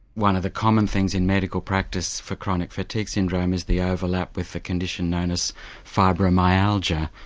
one of the common things in medical practice for chronic fatigue syndrome is the overlap with the condition known as fibromyalgia,